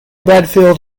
bradfield